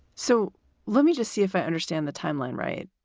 so let me just see if i understand the timeline. right.